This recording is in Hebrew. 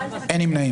הצבעה לא אושרו.